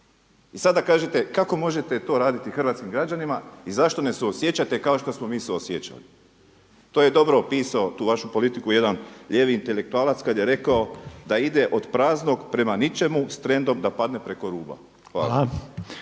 I sada kažete kako možete to raditi hrvatskim građanima i zašto ne suosjećate kao što smo mi suosjećali. To je dobro opisao tu vašu politiku jedan lijevi intelektualac kada je rekao da ide od praznog prema ničemu s trendom da padne preko ruba. Hvala.